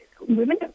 women